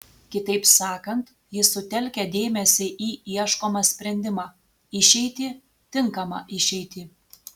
kitaip sakant jis sutelkia dėmesį į ieškomą sprendimą išeitį tinkamą išeitį